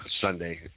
Sunday